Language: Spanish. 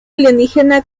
alienígena